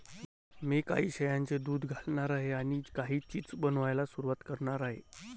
मी काही शेळ्यांचे दूध घालणार आहे आणि काही चीज बनवायला सुरुवात करणार आहे